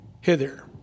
hither